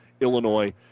Illinois